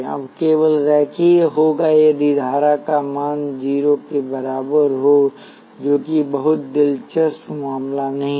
अब केवल रेखीय होगा यदि धारा का मान 0 के बराबर हो जो कि बहुत दिलचस्प मामला नहीं है